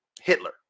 Hitler